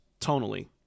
tonally